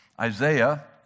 Isaiah